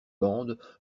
bande